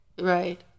Right